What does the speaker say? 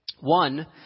One